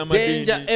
danger